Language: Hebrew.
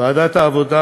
ועדת העבודה,